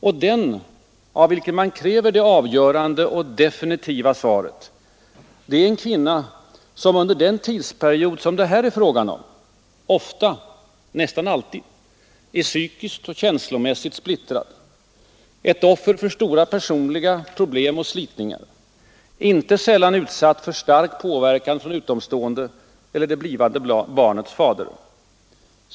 Och den av vilken man kräver det avgörande och definitiva svaret är en kvinna, som under den tidsperiod det här är fråga om ofta — nästan alltid — är psykiskt och känslomässigt splittrad, ett offer för stora personliga problem och slitningar, inte sällan utsatt för stark påverkan från utomstående eller det blivande barnets fader.